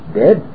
dead